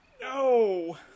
No